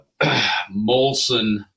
Molson